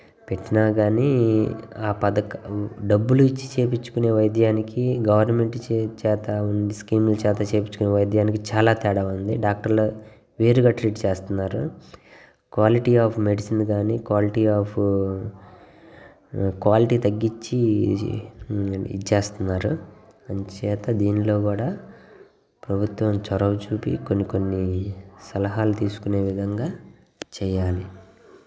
పెట్టినా కానీ ఆ పథక డబ్బులు ఇచ్చి చేయించుకోనే వైద్యానికి గవర్నమెంట్ చే చేత స్కీముల చేత చేయించుకోనే వైద్యానికి చాలా తేడా ఉంది డాక్టర్లు వేరుగా ట్రీట్ చేస్తున్నారు క్వాలిటీ ఆఫ్ మెడిసిన్ కాని క్వాలిటీ ఆఫ్ క్వాలిటీ తగ్గించి ఇది చేస్తున్నారు అందుచేత దీనిలో కూడా ప్రభుత్వం చొరవ చూపి కొన్ని కొన్ని సలహాలు తీసుకునే విధంగా చెయ్యాలి